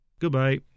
Goodbye